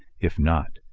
if not,